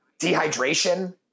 dehydration